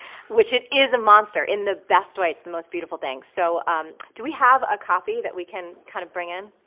which it is a monster in the best way. it's the most beautiful thing. so do we have a copy that we can kind of bring in?